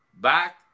back